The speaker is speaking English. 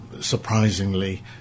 surprisingly